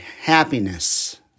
happiness